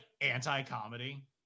anti-comedy